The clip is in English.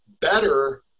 better